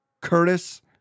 Curtis